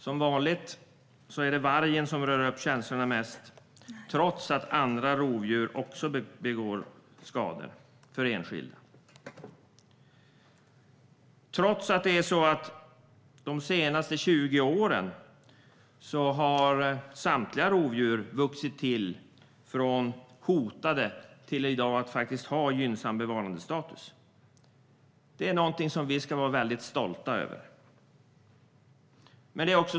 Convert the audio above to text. Som vanligt är det vargen som rör upp känslorna mest, trots att också andra rovdjur orsakar skador för enskilda och trots att samtliga rovdjur de senaste 20 åren har vuxit från hotade till att i dag ha gynnsam bevarandestatus. Det är någonting som vi ska vara väldigt stolta över.